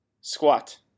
Squat